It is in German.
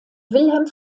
wilhelm